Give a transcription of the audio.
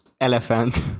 Elephant